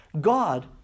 God